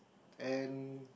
and